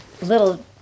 Little